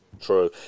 True